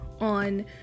on